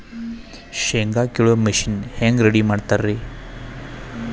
ಶೇಂಗಾ ಕೇಳುವ ಮಿಷನ್ ಹೆಂಗ್ ರೆಡಿ ಮಾಡತಾರ ರಿ?